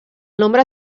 nombre